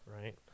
right